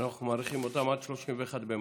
אנחנו מאריכים אותן עד 31 במאי.